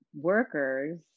workers